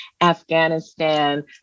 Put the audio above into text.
Afghanistan